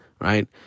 right